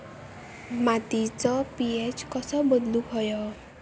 मातीचो पी.एच कसो बदलुक होयो?